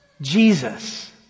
Jesus